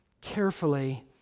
carefully